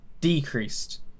decreased